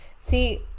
See